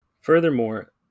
Furthermore